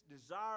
desire